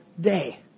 day